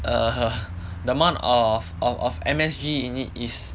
err the amount of of of M_S_G in it is